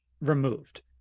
removed